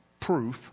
proof